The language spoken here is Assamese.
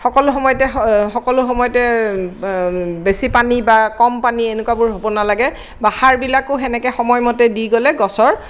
সকলো সময়তে সকলো সময়তে বেছি পানী বা কম পানী এনেকুৱাবোৰ হ'ব নালাগে বা সাৰবিলাকো সেনেকে সময়মতে দি গ'লে গছৰ